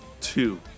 two